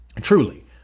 truly